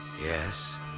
Yes